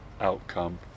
outcome